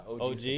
OG